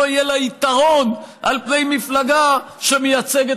לא יהיה לה יתרון על פני מפלגה שמייצגת